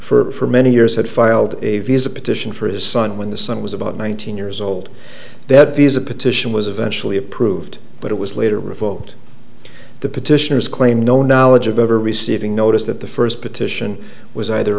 honour's for many years had filed a visa petition for his son when the son was about one thousand years old that these a petition was eventually approved but it was later revoked the petitioners claim no knowledge of ever receiving notice that the first petition was either